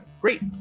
Great